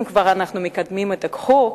אם כבר אנחנו מקדמים את החוק,